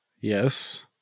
Yes